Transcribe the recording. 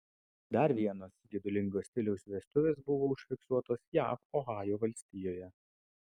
dar vienos gedulingo stiliaus vestuvės buvo užfiksuotos jav ohajo valstijoje